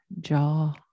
jaw